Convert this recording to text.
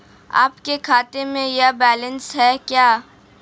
आपके खाते में यह बैलेंस है क्या?